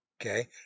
okay